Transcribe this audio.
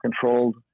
controlled